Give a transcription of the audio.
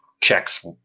checks